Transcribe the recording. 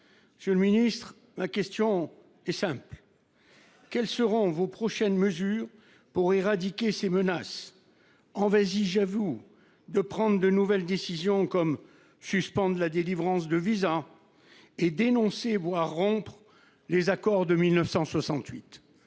plus fortement. Ma question est simple : quelles seront vos prochaines mesures pour éradiquer ces menaces ? Envisagez vous de prendre de nouvelles décisions : suspendre la délivrance de visas ou dénoncer, voire rompre, les accords de 1968 ?